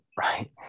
right